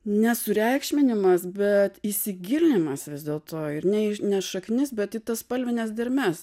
nesureikšminimas bet įsigilinimas vis dėlto ir ne į ne šaknis bet į tas spalvines dermes